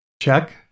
Check